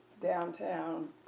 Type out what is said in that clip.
downtown